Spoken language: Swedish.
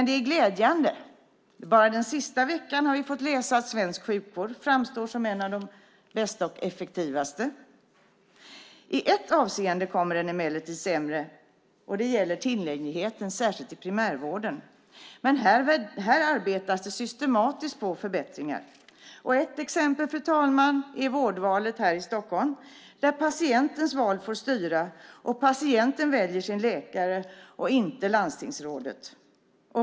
Det är glädjande: Bara den sista veckan har vi fått läsa att svensk sjukvård framstår som en av de bästa och effektivaste. I ett avseende är den emellertid sämre, nämligen tillgängligheten särskilt i primärvården. Här arbetas det systematiskt på förbättringar. Ett exempel, fru talman, är vårdvalet i Stockholm. Patientens val får styra. Patienten väljer sin läkare, inte landstingsrådet.